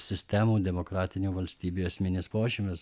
sistemų demokratinių valstybių esminis požymis